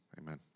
Amen